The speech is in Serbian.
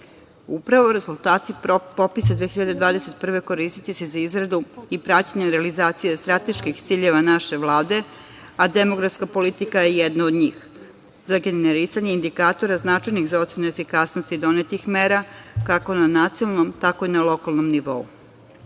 deteta. Upravo rezultati popisa 2021. godine koristiće se za izradu i praćenje realizacije strateških ciljeva naše Vlade, a demografska politika je jedna od njih za generisanje indikatora značajnih za ocenu efikasnosti donetih mera, kako na nacionalnom tako i na lokalnom nivou. Podaci